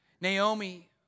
Naomi